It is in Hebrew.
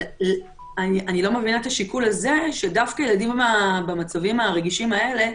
אבל אני לא מבינה את השיקול הזה שדווקא הילדים במצבים הרגישים האלה,